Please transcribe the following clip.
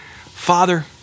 Father